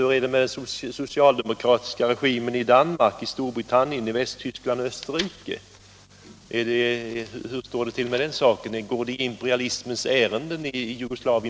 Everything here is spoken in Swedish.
Hur är det med de socialdemokratiska regimerna i Danmark, Storbritannien, Västtyskland och Österrike?